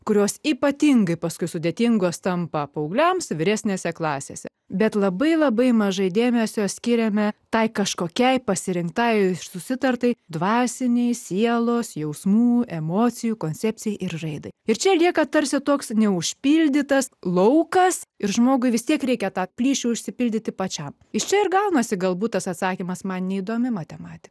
kurios ypatingai paskui sudėtingos tampa paaugliams vyresnėse klasėse bet labai labai mažai dėmesio skiriame tai kažkokiai pasirinktai susitartai dvasinei sielos jausmų emocijų koncepcijai ir raidai ir čia lieka tarsi toks neužpildytas laukas ir žmogui vis tiek reikia tą plyšį užsipildyti pačiam iš čia ir gaunasi galbūt tas atsakymas man neįdomi matematika